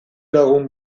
lagun